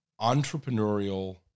entrepreneurial